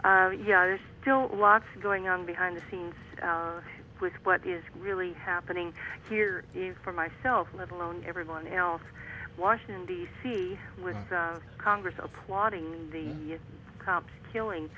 me there's still lots going on behind the scenes with what is really happening here is for myself let alone everyone else washington d c with congress applauding the cops killing